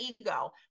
ego